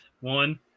one